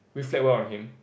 reflect well on him